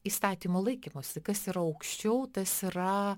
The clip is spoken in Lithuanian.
įstatymų laikymosi kas yra aukščiau tas yra